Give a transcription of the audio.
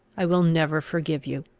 i will never forgive you.